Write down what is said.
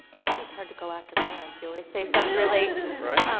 it's always hard to go after clarence. you always say something really right.